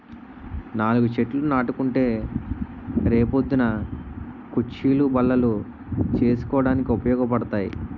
నాలుగు చెట్లు నాటుకుంటే రే పొద్దున్న కుచ్చీలు, బల్లలు చేసుకోడానికి ఉపయోగపడతాయి